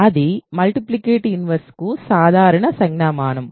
అది multiplicative inverse కు సాధారణ సంజ్ఞామానం